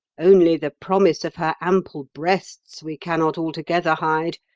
only the promise of her ample breasts we cannot altogether hide,